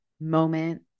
moment